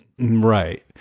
Right